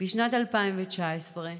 בשנת 2019,